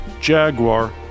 Jaguar